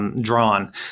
drawn